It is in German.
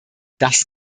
das